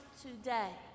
today